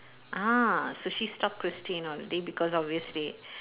ah so she stop Christine already because obviously